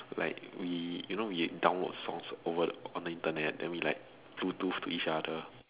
like we you know we download songs over on the Internet then we bluetooth to each other